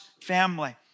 family